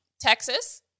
Texas